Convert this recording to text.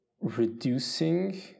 reducing